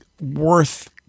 worth